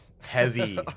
heavy